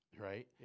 Right